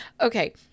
Okay